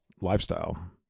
lifestyle